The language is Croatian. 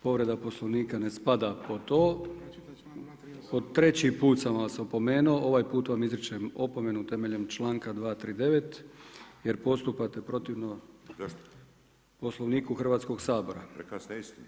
Povreda Poslovnika ne spada pod to, po treći put sam vas opomenuo, ovaj put vam izričem opomenu temeljem članka 239. jer postupate protivno Poslovniku Hrvatskog sabora.